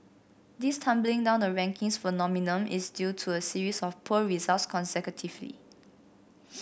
this tumbling down the rankings phenomenon is due to a series of poor results consecutively